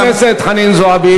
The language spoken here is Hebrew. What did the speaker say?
חברת הכנסת חנין זועבי.